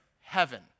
heaven